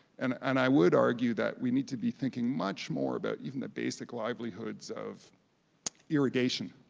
and and i would argue that we need to be thinking much more about even the basic livelihoods of irrigation.